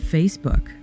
Facebook